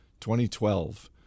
2012